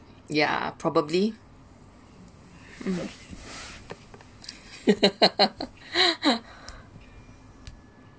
yeah probably mm